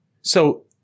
so-